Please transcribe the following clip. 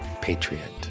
Patriot